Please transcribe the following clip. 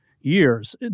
years